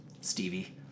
Stevie